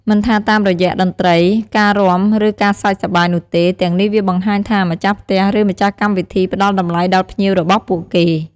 មិនថាតាមរយៈតន្ត្រី ការរាំ ឬ ការសើចសប្បាយនោះទេ ទាំងនេះវាបង្ហាញថា ម្ចាស់ផ្ទះ ឬ ម្ចាស់កម្មវិធីផ្ដល់តម្លៃដល់ភ្ញៀវរបស់ពួកគេ។